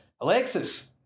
Alexis